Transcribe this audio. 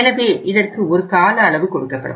எனவே இதற்கு ஒரு கால அளவு கொடுக்கப்படும்